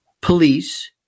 police